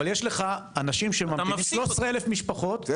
אבל יש לך כ-13,000 משפחות --- אבל